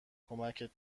کمکت